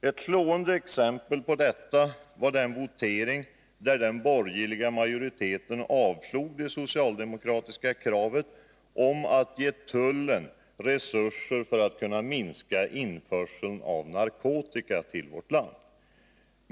Ett slående exempel på detta var den votering där den borgerliga majoriteten avslog det socialdemokratiska kravet på att ge tullen resurser för att kunna minska införseln av narkotika till vårt land.